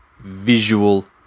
visual